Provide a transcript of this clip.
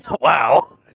wow